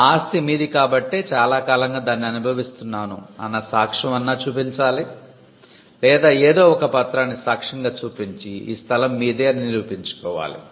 ఆ ఆస్తి మీది కాబట్టే చాలా కాలంగా దాన్ని అనుభవిస్తున్నాను అన్న సాక్ష్యం అన్నా చూపించాలి లేదా ఏదో ఒక పత్రాన్ని సాక్ష్యంగా చూపించి ఈ స్థలం మీదే అని నిరూపించుకోవాలి